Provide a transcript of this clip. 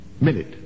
minute